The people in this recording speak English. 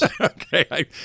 Okay